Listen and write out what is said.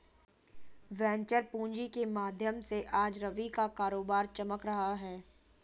venture पूँजी के माध्यम से आज रवि का कारोबार चमक रहा है